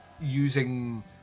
using